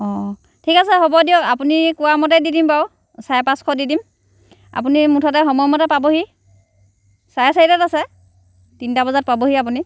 অ ঠিক আছে হ'ব দিয়ক আপুনি কোৱামতে দি দিম বাৰু চাৰে পাঁচশ দি দিম আপুনি মুঠতে সময়মতে পাবহি চাৰে চাৰিটাত আছে তিনিটা বজাত পাবহি আপুনি